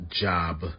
job